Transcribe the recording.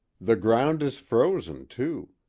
the ground is frozen, too.